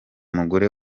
mugore